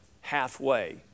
halfway